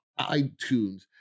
itunes